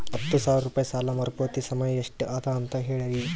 ಹತ್ತು ಸಾವಿರ ರೂಪಾಯಿ ಸಾಲ ಮರುಪಾವತಿ ಸಮಯ ಎಷ್ಟ ಅದ ಅಂತ ಹೇಳರಿ?